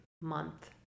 month